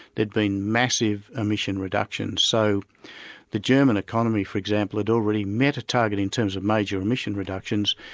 there'd been massive emission reductions, so the german economy for example, had already met a target in terms of major emission reductions,